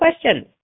questions